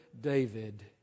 David